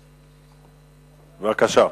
בבקשה.